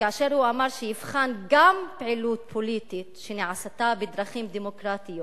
כאשר הוא אמר שיבחן גם פעילות פוליטית שנעשתה בדרכים דמוקרטיות.